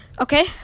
Okay